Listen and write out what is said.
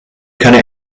keine